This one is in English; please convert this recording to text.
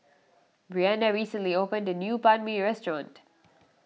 Brianda recently opened a new Banh Mi restaurant